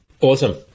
Awesome